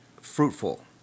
fruitful